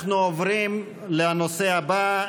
אנחנו עוברים לנושא הבא.